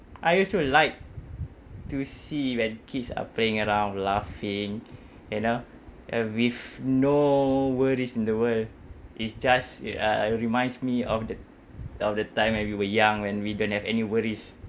I also like to see when kids are playing around laughing you know uh with no worries in the world it's just uh reminds me of the of the time when we were young when we don't have any worries